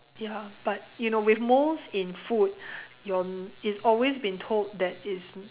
ya but you know with molds in food your it's always been told that it's